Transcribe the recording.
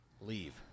leave